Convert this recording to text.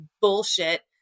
bullshit